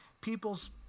people's